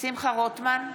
שמחה רוטמן,